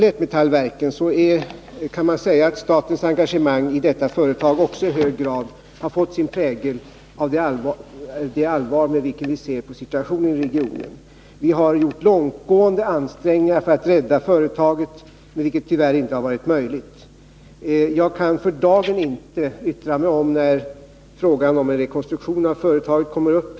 Statens engagemang i Lättmetallverket har, kan man säga, också i hög grad fått sin prägel av det allvar med vilket vi ser på situationen i regionen. Vi har gjort långtgående ansträngningar för att rädda företaget, vilket tyvärr inte har varit möjligt. Jag kan för dagen inte yttra mig om när frågan om en rekonstruktion av företaget kommer upp.